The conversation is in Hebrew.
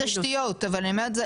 לתשתיות ובינוי.